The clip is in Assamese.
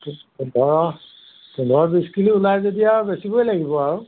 পোন্ধৰ পোন্ধৰ বিছ কিলো ওলাই যেতিয়া আৰু বেছিবই লাগিব আৰু